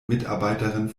mitarbeiterin